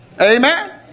Amen